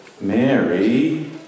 Mary